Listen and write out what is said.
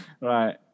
Right